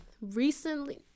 recently